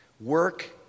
Work